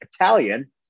Italian